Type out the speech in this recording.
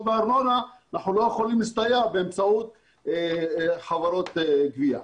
בארנונה אנחנו לא יכולים להסתייע בחברות גבייה.